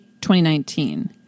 2019